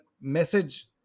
message